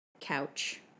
couch